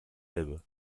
elbe